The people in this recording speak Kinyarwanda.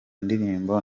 ndirimbo